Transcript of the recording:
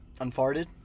Unfarted